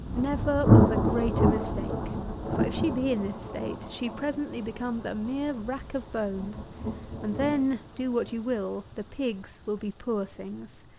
never was a greater mistake for if she be in this state, she presently becomes a mere rack of bones and then, do what you will, the pigs will be poor things.